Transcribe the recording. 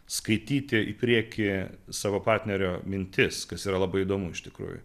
skaityti į priekį savo partnerio mintis kas yra labai įdomu iš tikrųjų